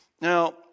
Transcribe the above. Now